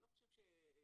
אני לא חושב שלתלמיד,